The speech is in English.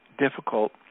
difficult